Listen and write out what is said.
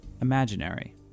Imaginary